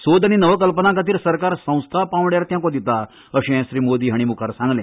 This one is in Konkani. सोद आनी नवकल्पनाखातीर सरकार संस्था पावंड्यार तेको दिता अशें श्री मोदी हांणी सांगले